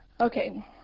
Okay